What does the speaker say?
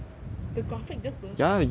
the graphic just don't I I cannot